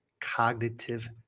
cognitive